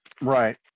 Right